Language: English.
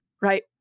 right